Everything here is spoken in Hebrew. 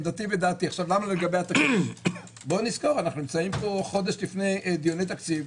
אנו נמצאים פה חודש לפני אתגרי תקציב.